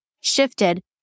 shifted